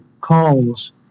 calls